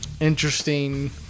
interesting